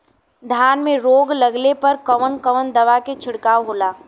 धान में रोग लगले पर कवन कवन दवा के छिड़काव होला?